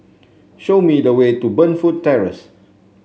show me the way to Burnfoot Terrace